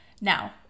Now